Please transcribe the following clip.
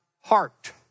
heart